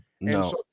No